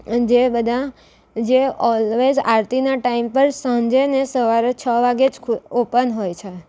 જે બધા જે ઓલવેસ આરતીના ટાઈમ પર સાંજેને સવારે છ વાગે જ ઓપન હોય છે